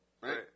Right